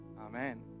Amen